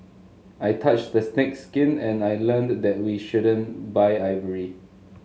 I touched the snake's skin and I learned that we shouldn't buy ivory